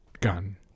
Gun